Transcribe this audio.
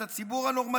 את הציבור הנורמטיבי,